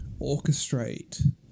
orchestrate